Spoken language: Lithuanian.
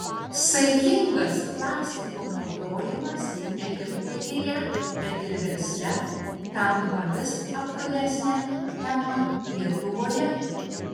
saikingas plastiko naudojimas ne tik buityje bet ir versle tampa vis aktualesne tema lietuvoje